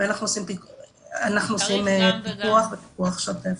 אנחנו עושים פיקוח שוטף.